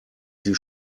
sie